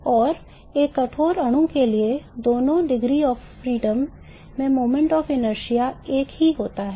और एक कठोर अणु के लिए दोनों degrees of freedom में moment of inertia एक ही होता है